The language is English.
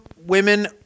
women